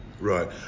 Right